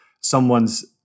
someone's